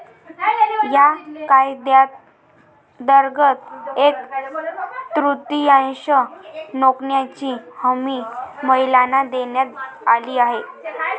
या कायद्यांतर्गत एक तृतीयांश नोकऱ्यांची हमी महिलांना देण्यात आली आहे